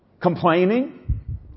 Complaining